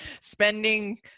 spending